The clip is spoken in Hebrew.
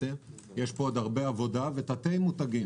יש פה הרבה עבודה ותת-מותגים.